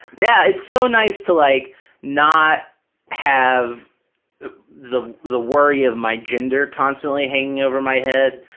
yeah, it's so nice to like not have the the worry of my gender constantly hanging over my head,